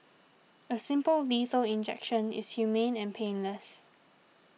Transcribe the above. a simple lethal injection is humane and painless